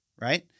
right